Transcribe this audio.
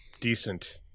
decent